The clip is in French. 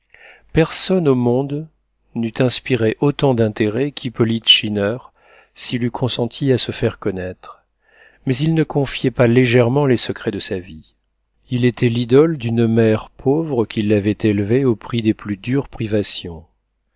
personne au monde n'eût inspiré autant d'intérêt qu'hippolyte schinner s'il eût consenti à se faire connaître mais il ne confiait pas légèrement les secrets de sa vie il était l'idole d'une mère pauvre qui l'avait élevé au prix des plus dures privations